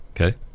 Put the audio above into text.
Okay